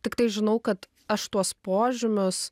tiktai žinau kad aš tuos požymius